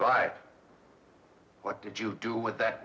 by what did you do with that